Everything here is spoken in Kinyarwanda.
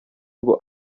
ngo